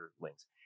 links